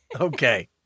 Okay